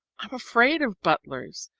i'm afraid of butlers,